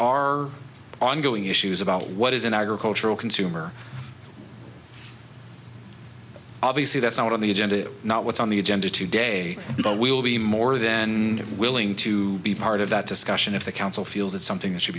are ongoing issues about what is an agricultural consumer obviously that's not on the agenda not what's on the agenda today but we will be more then willing to be part of that discussion if the council feels that something should